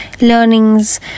learnings